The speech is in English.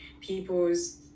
people's